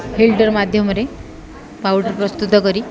ହିଲ୍ଟର ମାଧ୍ୟମରେ ପାଉଡ଼ର ପ୍ରସ୍ତୁତ କରି